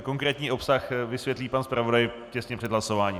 Konkrétní obsah vysvětlí pan zpravodaj těsně před hlasováním.